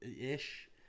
ish